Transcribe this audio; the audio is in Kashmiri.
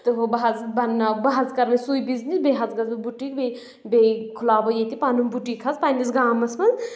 تہٕ بہٕ حظ بَناو بہٕ حظ کرٕ مےٚ سُے بِزنٮ۪س بیٚیہِ حظ گژھ بہٕ بُٹیٖک بیٚیہِ بیٚیہِ کھُلاو بہٕ ییٚتہِ پَنُن بُٹیٖک حظ پَننِس گامَس منٛز